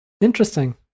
Interesting